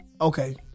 Okay